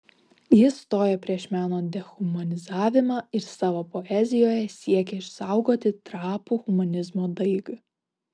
jis stoja prieš meno dehumanizavimą ir savo poezijoje siekia išsaugoti trapų humanizmo daigą